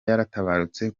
yaratabarutse